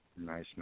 Nice